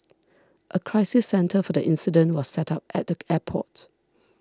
a crisis centre for the incident was set up at the airport